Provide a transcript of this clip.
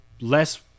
less